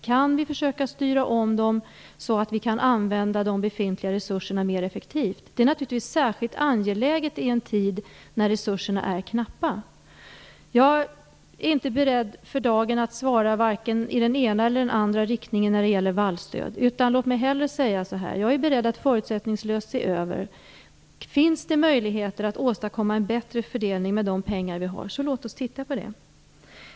Kan de styras om så att vi kan använda de befintliga resurserna mer effektivt? Detta är särskilt angeläget att diskutera i en tid när resurserna är knappa. För dagen är jag inte beredd att svara vare sig i den ena eller andra riktningen när det gäller vallstöd. Jag är beredd att förutsättningslöst se över om det finns möjligheter att åstadkomma en bättre fördelning med de pengar som vi har, så låt oss se på den frågan.